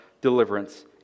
deliverance